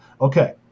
Okay